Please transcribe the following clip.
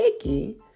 icky